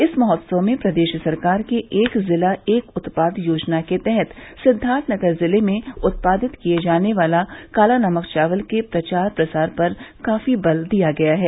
इस महोत्सव में प्रदेश सरकार के एक ज़िला एक उत्पाद योजना के तहत सिद्दार्थनगर जिले में उत्पादित किये जाने वाले काला नमक चावल के प्रचार प्रसार पर काफी बल दिया गया है